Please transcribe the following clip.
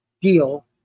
deal